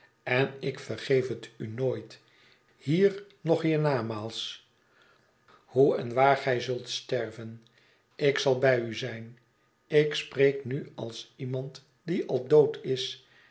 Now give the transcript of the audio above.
en ik vergeef het u nooit hier noch hier namaals hoe en waar gij zult sterven ik zalbij u zijn ik spreek nu als iemand die al dood is